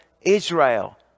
Israel